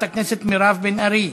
חברת הכנסת מירב בן ארי,